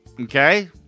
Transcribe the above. okay